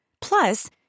Plus